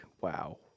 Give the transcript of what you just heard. wow